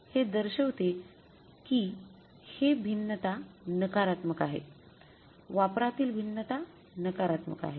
आता हे दर्शवते की हे भिन्नता नकारात्मक आहे वापरातील भिन्नता नकारात्मक आहे